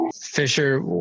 fisher